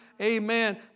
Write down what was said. Amen